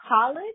college